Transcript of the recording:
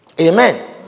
Amen